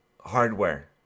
hardware